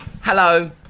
Hello